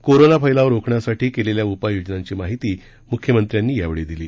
corona फैलाव रोखण्यासाठी केलेल्या उपाय योजनांची माहिती म्ख्यमंत्र्यांनी यावेळी दिली